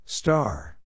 Star